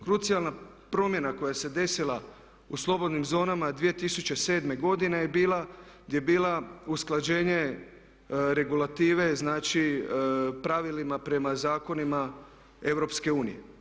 Krucijalna promjena koja se desila u slobodnim zonama 2007. godine je bila usklađenje regulative znači pravilima prema zakonima EU.